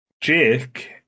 Jake